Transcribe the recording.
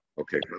Okay